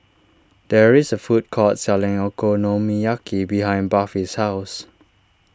there is a food court selling Okonomiyaki behind Buffy's house